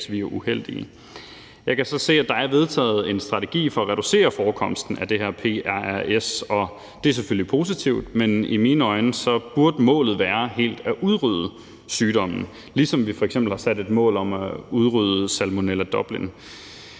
vi er uheldige. Jeg kan så se, at der er vedtaget en strategi for at reducere forekomsten af det her prrs, og det er selvfølgelig positivt, men i mine øjne burde målet være helt at udrydde sygdommen, ligesom vi f.eks. har sat et mål om at udrydde Salmonella dublin.